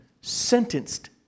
sentenced